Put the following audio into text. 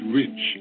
rich